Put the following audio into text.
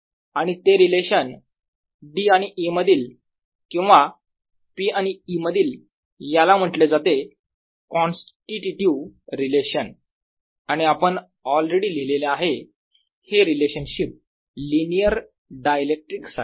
आणि ते relation D आणि E मधील किंवा P आणि E मधील याला म्हटले जाते कॉन्स्टिटयूटीव्ह रिलेशन आणि आपण ऑलरेडी लिहिलेले आहे हे रिलेशनशिप लिनियर डायइलेक्ट्रिक्स साठी